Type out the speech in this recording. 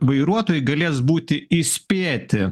vairuotojai galės būti įspėti